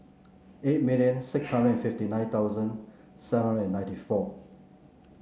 eight million six thousand and fifty nine thousand seven hundred and ninety four